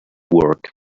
work